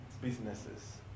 businesses